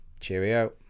Cheerio